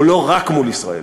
או לא רק מול ישראל.